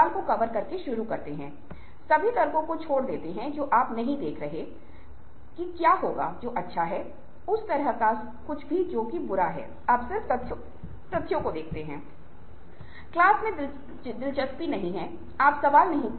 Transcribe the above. इसलिए ऐसे सभी प्रश्नों को रखा जाना चाहिए और उनके चारों ओर उत्तर पाने और काम करने का प्रयास करना चाहिए